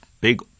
big